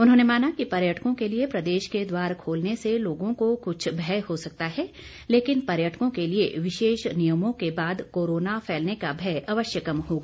उन्होंने माना कि पर्यटकों के लिए प्रदेश के द्वार खोलने से लोगों को कुछ भय हो सकता है लेकिन पर्यटकों के लिए विशेष नियमों के बाद कोरोना फैलने का भय अवश्य कम होगा